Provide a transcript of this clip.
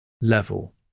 level